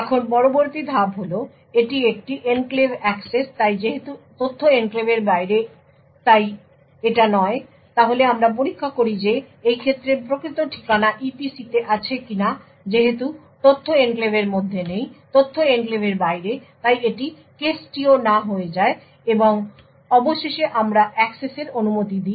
এখন পরবর্তী ধাপ হল এটি একটি এনক্লেভ অ্যাক্সেস তাই যেহেতু তথ্য এনক্লেভের বাইরে তাই ইটা নয় তাহলে আমরা পরীক্ষা করি যে এই ক্ষেত্রে প্রকৃত ঠিকানা EPC তে আছে কিনা যেহেতু তথ্য এনক্লেভের মধ্যে নেই তথ্য এনক্লেভের বাইরে তাই এটি কেসটিও না হয়ে যায় এবং অবশেষে আমরা অ্যাক্সেসের অনুমতি দিই